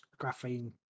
graphene